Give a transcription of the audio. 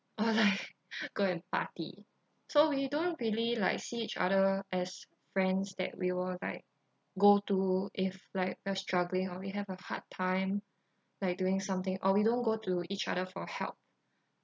or like go and party so we you don't really like see each other as friends that we will like go to if like we're struggling or we have a hard time like doing something or we don't go to each other for help